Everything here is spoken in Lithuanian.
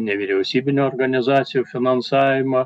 nevyriausybinių organizacijų finansavimo